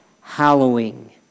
hallowing